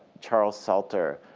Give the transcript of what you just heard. charles salter.